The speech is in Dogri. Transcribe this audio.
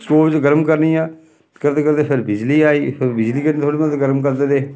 स्टोव च गर्म करनियां करदे करदे फिर बिजली आई फिर बिजली कन्नै थोह्ड़ी मती गर्म करदे रेह्